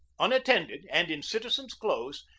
unattended and in citizen's clothes,